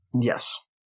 Yes